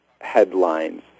headlines